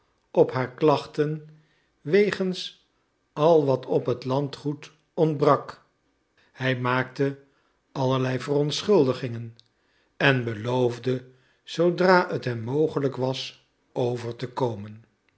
op haar klachten wegens al wat op het landgoed ontbrak hij maakte allerlei verontschuldigingen en beloofde zoodra het hem mogelijk was over te komen